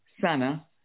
Sana